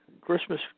Christmas